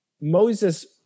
Moses